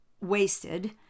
wasted